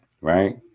right